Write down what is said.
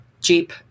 Jeep